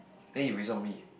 then he buay song me